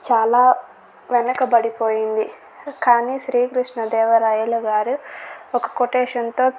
చాలా వెనకబడిపోయింది కానీ శ్రీకృష్ణదేవరాయలు గారు ఒక కొటేషన్ తో